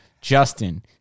Justin